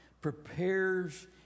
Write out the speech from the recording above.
prepares